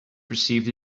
perceived